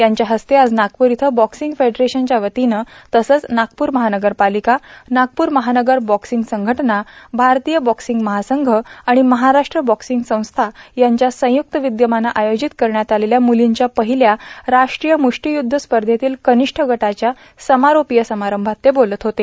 त्यांच्या हस्ते आज नागपूर इथं बॉक्सिंग फेडरेशनच्या वतीनं तसंच नागपूर महानगर पालिका नागपूर महानगर बॉक्सिंग संघटना भारतीय बॉक्सिंग महासंघ आणि महाराष्ट्र बॉक्सिंग संस्था यांच्या संयुक्त विद्यमानं आयोजित करण्यात आलेल्या मुलींच्या पहिल्या राष्ट्रीय मुप्टीयुद्ध स्पर्धेतील कनिष्ठ गटाच्या समारोपीय समारंभात ते बोलत होते